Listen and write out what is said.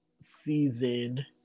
season